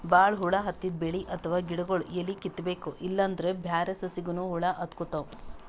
ಭಾಳ್ ಹುಳ ಹತ್ತಿದ್ ಬೆಳಿ ಅಥವಾ ಗಿಡಗೊಳ್ದು ಎಲಿ ಕಿತ್ತಬೇಕ್ ಇಲ್ಲಂದ್ರ ಬ್ಯಾರೆ ಸಸಿಗನೂ ಹುಳ ಹತ್ಕೊತಾವ್